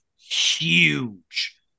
huge